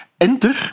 enter